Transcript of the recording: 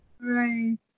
Right